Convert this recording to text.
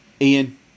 Ian